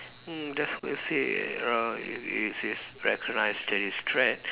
mm that's what I say uh it it says recognise terrorist threat